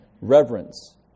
reverence